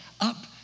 up